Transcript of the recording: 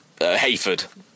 Hayford